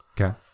okay